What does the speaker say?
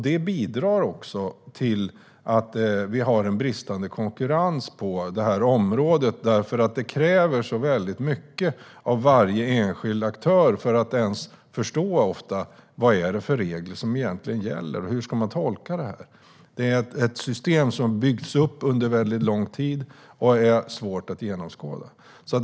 Det bidrar till att vi har en bristande konkurrens på detta område eftersom det kräver så mycket av varje enskild aktör för att förstå vad det är för regler som gäller och hur man ska tolka dem. Systemet har byggts upp under lång tid och är svårt att överskåda.